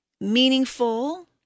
meaningful